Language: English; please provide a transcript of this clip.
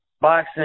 boxing